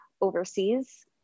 overseas